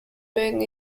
been